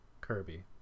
Kirby